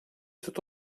tot